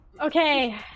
okay